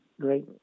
great